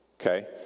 Okay